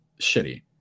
shitty